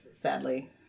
sadly